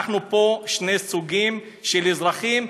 אנחנו פה שני סוגים של אזרחים,